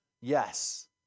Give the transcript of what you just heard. Yes